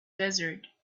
desert